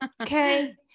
Okay